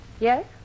Yes